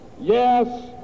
yes